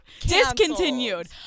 Discontinued